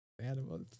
Animals